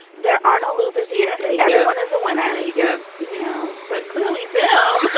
there are no losers here yeah everyone is a winner. and you go, you know but clearly, bill,